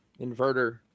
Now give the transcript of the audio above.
inverter